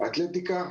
אתלטיקה.